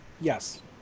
Yes